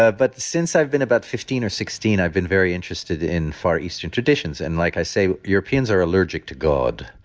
ah but since i've been about fifteen or sixteen, i've been very interested in far eastern traditions and like i say, europeans are allergic to god.